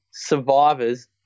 survivors